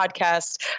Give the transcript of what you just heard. podcast